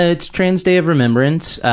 it's trans day of remembrance,